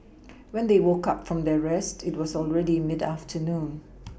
when they woke up from their rest it was already mid afternoon